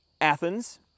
Athens